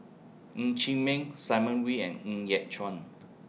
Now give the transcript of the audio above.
Ng Chee Meng Simon Wee and Ng Yat Chuan